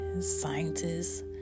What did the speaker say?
scientists